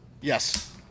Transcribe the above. Yes